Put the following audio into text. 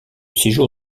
séjour